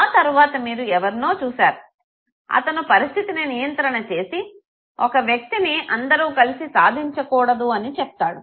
ఆ తరువాత మీరు ఎవరినో చూసారు అతను పరిస్థితిని నియంత్రణ చేసి ఒక వ్యక్తిని అందరూ కలిసి సాధించకూడదు అని చెప్తాడు